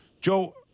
Joe